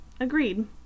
Agreed